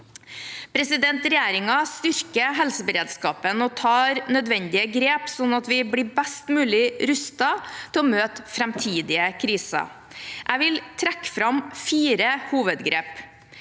Regjeringen styrker helseberedskapen og tar nødvendige grep slik at vi blir best mulig rustet til å møte framtidige kriser. Jeg vil trekke fram fire hovedgrep: